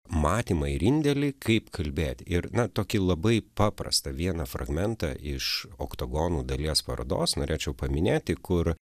matymą ir indėlį kaip kalbėt ir na tokį labai paprastą vieną fragmentą iš oktogonų dalies parodos norėčiau paminėti kur